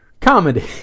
comedy